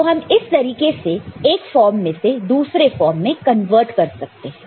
तो इस तरीके से हम एक फॉर्म में से दूसरे फॉर्म में कन्वर्ट कर सकते हैं